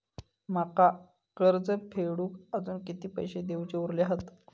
माका कर्ज फेडूक आजुन किती पैशे देऊचे उरले हत?